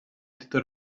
títol